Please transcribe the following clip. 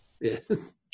Yes